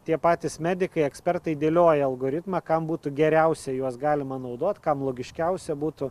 tie patys medikai ekspertai dėlioja algoritmą kam būtų geriausia juos galima naudot kam logiškiausia būtų